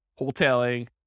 wholesaling